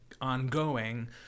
ongoing